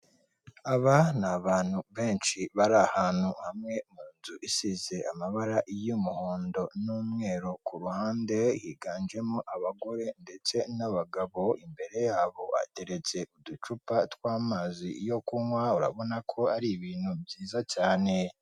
Aba ni abantu benshi bari ahantu hamwe mu nzu isize amabara y'umuhondo n'umweru ku ruhande, higanjemo abagore ndetse n'abagabo, imbere yabo hateretse uducupa tw'amazi yo kunywa, urabona ko ari ibintu byiza cyane.